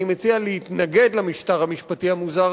אני מציע להתנגד למשטר המשפטי המוזר